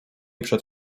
przed